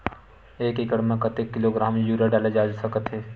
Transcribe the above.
एक एकड़ म कतेक किलोग्राम यूरिया डाले जा सकत हे?